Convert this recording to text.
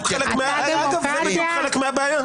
זה בדיוק חלק מהבעיה.